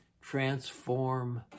transform